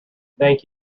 thank